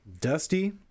Dusty